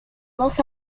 dos